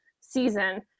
season